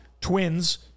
Twins